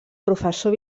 professor